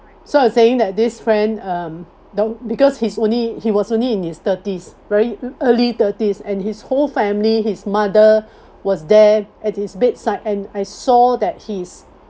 so I was saying that this friend um don't because he's only he was only in his thirties very early thirties and his whole family his mother was there at his bedside and I saw that he's